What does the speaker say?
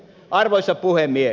arvoisa puhemies